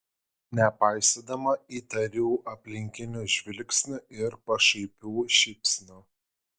nepaisydama įtarių aplinkinių žvilgsnių ir pašaipių šypsnių